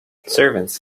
servants